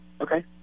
Okay